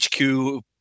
HQ